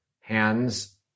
hands